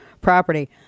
property